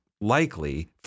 likely